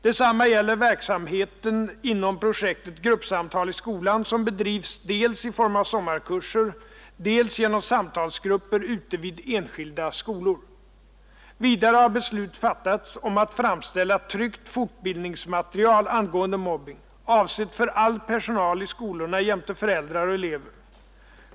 Detsamma gäller verksamheten inom projektet Gruppsamtal i skolan, som bedrivs dels i form av sommarkurser, dels genom samtalsgrupper ute vid enskilda skolor. Vidare har beslut fattats som att framställa tryckt fortbildningsmaterial angående mobbning, avsett för all personal i skolomma jämte föräldrar och elever.